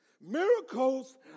Miracles